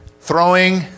throwing